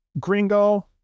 Gringo